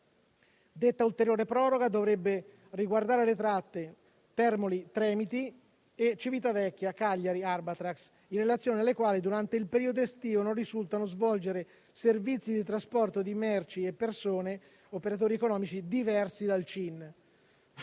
Detta ulteriore proroga dovrebbe riguardare le tratte Termoli-Tremiti e Civitavecchia-Cagliari-Arbatax, in relazione alle quali durante il periodo estivo non risultano svolgere servizi di trasporto di merci e persone operatori economici diversi dalla